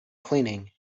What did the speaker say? cleaning